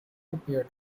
appeared